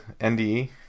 NDE